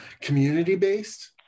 community-based